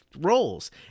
roles